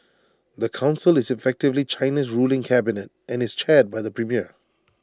the Council is effectively China's ruling cabinet and is chaired by the premier